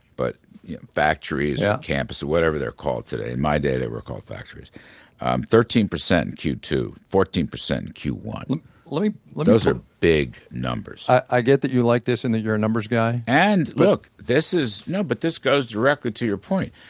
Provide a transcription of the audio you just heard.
but factories, yeah campus or whatever they're called today. in my day they were called factories thirteen percent q two, fourteen percent q one point let me, let those are big numbers i get that you like this and that you're a numbers guy and look, this is, no, but this goes directly to your point.